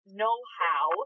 know-how